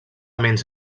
menys